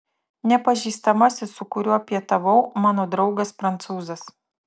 nepažįstamasis su kuriuo pietavau mano draugas prancūzas